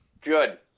good